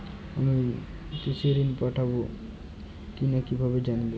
আমি কৃষি ঋণ পাবো কি না কিভাবে জানবো?